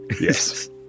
Yes